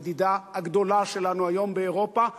הידידה הגדולה שלנו היום באירופה,